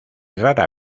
rara